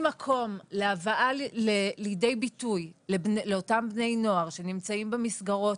מקום להבאה לידי ביטוי לאותם בני נוער שנמצאים במסגרות